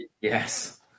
Yes